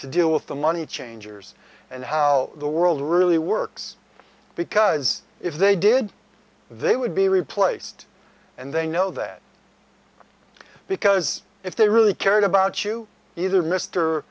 do with the money changers and how the world really works because if they did they would be replaced and they know that because if they really cared about you either mr